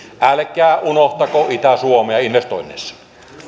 älkää unohtako itä suomea investoinneissa